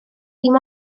dim